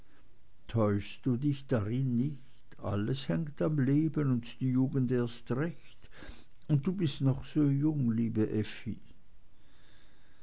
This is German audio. täuschst du dich darin nicht alles hängt am leben und die jugend erst recht und du bist noch so jung liebe effi